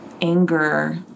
anger